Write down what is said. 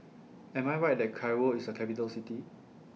Am I Right that Cairo IS A Capital City